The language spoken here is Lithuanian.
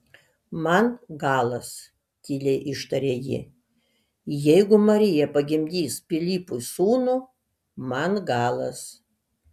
man galas tyliai ištarė ji jeigu marija pagimdys pilypui sūnų man galas